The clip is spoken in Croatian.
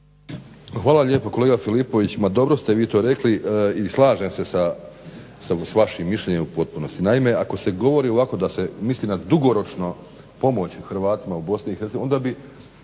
Hvala lijepa. Kolega Filipović ma dobro ste vi to rekli i slažem se s vašim mišljenjem u potpunosti. Naime, ako se govori ovako da se misli na dugoročno pomoći Hrvatima u BiH onda bi